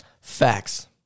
Facts